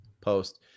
post